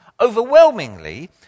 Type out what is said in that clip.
overwhelmingly